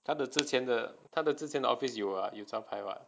他的之前的他的之前 office 有招牌 what